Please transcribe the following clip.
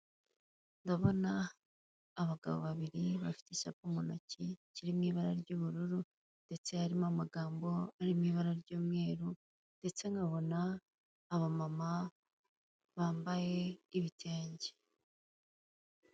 Ndabona abagabo babiri bafite icyapa mu ntoki kiri mw'ibara ry'ubururu, ndetse harimo amagambo ari mw'ibara ry'umweru; ndetse nkabona aba mama bambaye ibitenge.